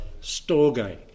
Storge